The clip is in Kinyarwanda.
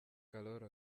karoli